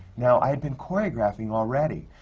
now, i had been choreographing already,